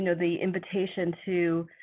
and the invitation to